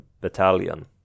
battalion